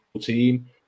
team